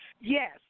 Yes